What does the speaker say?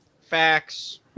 Facts